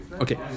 Okay